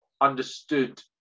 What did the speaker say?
understood